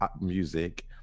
music